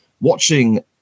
Watching